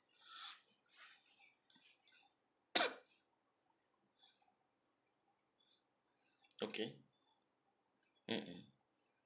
okay mm mm